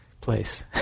place